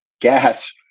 gas